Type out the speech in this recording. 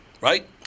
right